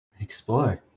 explore